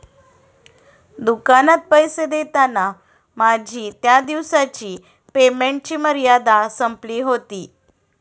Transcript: दुकानात पैसे देताना माझी त्या दिवसाची पेमेंटची मर्यादा संपली होती